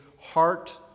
heart